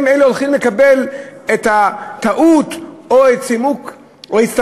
אלה הולכים לקבל את תיקון הטעות או הצטמקות